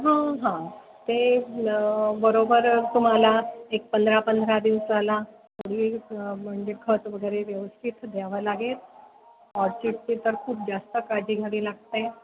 हां हां ते बरोबर तुम्हाला एक पंधरा पंधरा दिवसाला तरी म्हणजे खत वगैरे व्यवस्थित द्यावं लागेल ऑर्चिडची तर खूप जास्त काळजी घ्यावी लागते